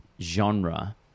genre